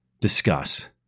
discuss